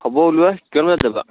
হ'ব ওলোৱা কিমান বজাত যাবা